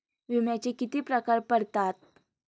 विम्याचे किती प्रकार पडतात?